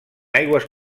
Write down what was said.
aigües